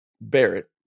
Barrett